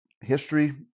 history